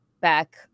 back